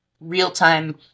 real-time